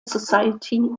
society